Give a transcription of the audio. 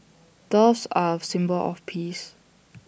doves are A symbol of peace